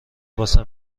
واسه